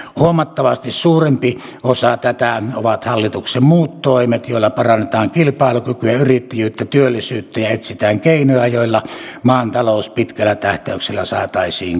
huomattavasti suurempi osa niitä ovat hallituksen muut toimet joilla parannetaan kilpailukykyä yrittäjyyttä ja työllisyyttä ja etsitään keinoja joilla maan talous pitkällä tähtäyksellä saataisiin kuntoon